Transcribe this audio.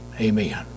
Amen